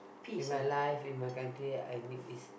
in my life in my country I make peace